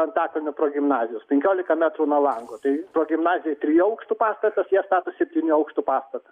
antakalnio progimnazijos penkiolika metrų nuo lango taip progimnazija trijų aukštų pastatas jie stato septynių aukštų pastatą